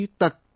tak